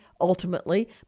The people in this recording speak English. ultimately